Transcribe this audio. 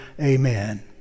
Amen